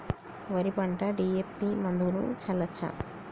వరి పంట డి.ఎ.పి మందును చల్లచ్చా?